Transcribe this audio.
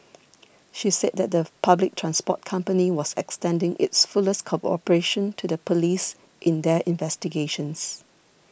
she said that the public transport company was extending its fullest cooperation to the police in their investigations